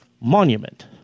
monument